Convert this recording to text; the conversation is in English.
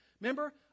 Remember